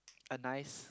a nice